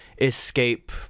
escape